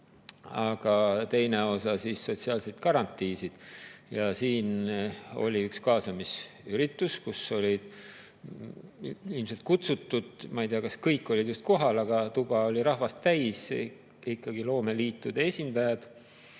aga teine osa sotsiaalseid garantiisid. Siin oli üks kaasamisüritus, kuhu olid ilmselt kutsutud – ma ei tea, kas kõik olid just kohal, aga tuba oli rahvast täis – loomeliitude esindajad.